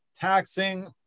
taxing